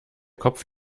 kopf